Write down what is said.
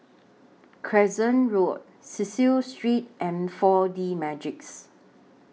Crescent Road Cecil Street and four D Magix